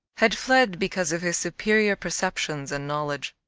had fled because of his superior perceptions and knowledge.